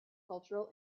cultural